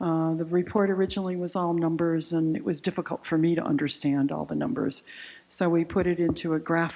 the report originally was all numbers and it was difficult for me to understand all the numbers so we put it into a graph